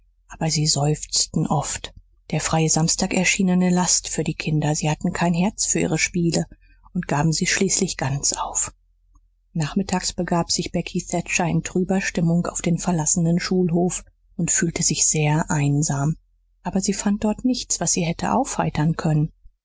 aber sie seufzten oft der freie samstag erschien eine last für die kinder sie hatten kein herz für ihre spiele und gaben sie schließlich ganz auf nachmittags begab sich becky thatcher in trüber stimmung auf den verlassenen schulhof und fühlte sich sehr einsam aber sie fand dort nichts was sie hätte aufheitern können